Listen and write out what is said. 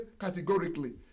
categorically